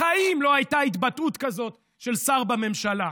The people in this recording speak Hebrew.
בחיים לא הייתה התבטאות כזאת של שר בממשלה.